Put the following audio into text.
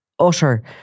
utter